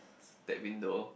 that window